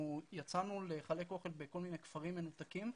יצאנו לחלק אוכל בכל מיני כפרים מנותקים,